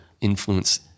influence